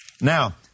Now